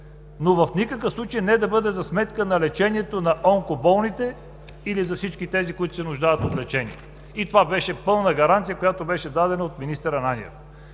но в никакъв случай да не бъде за сметка на лечението на онкоболните или за всички тези, които се нуждаят от лечение. И това беше пълна гаранция, която беше дадена от министър Ананиев.